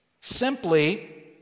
simply